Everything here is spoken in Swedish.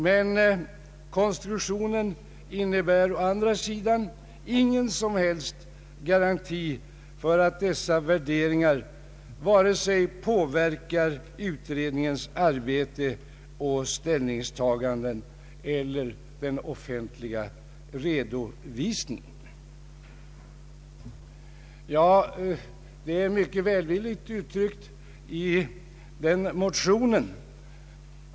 Men konstruktionen innebär å andra sidan ingen som helst garanti för att dessa värderingar vare sig påverkar utredningens arbete och ställningstaganden eller den offentliga redovisningen — såsom det hela mycket välvilligt uttryckts i motionen.